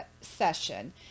session